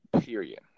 period